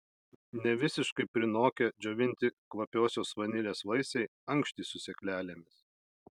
nevisiškai prinokę džiovinti kvapiosios vanilės vaisiai ankštys su sėklelėmis